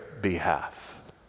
behalf